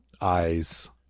eyes